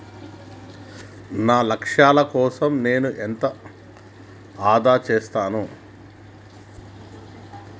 నా లక్ష్యాల కోసం నేను ఎంత ఆదా చేస్తాను?